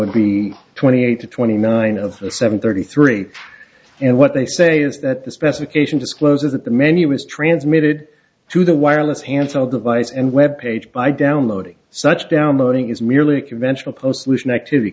would be twenty eight to twenty nine of the seven thirty three and what they say is that the specification discloses that the menu was transmitted to the wireless hansel device and web page by downloading such downloading is merely conventional post lucian activity